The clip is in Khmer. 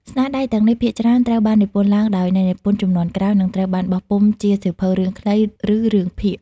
ស្នាដៃទាំងនេះភាគច្រើនត្រូវបាននិពន្ធឡើងដោយអ្នកនិពន្ធជំនាន់ក្រោយ និងត្រូវបានបោះពុម្ពជាសៀវភៅរឿងខ្លី ឬរឿងភាគ។